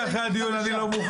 תודה רבה.